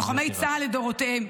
-- לוחמי צה"ל לדורותיהם.